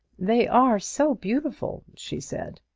they are so beautiful! she said.